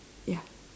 ya